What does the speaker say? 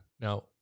Now